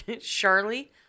Charlie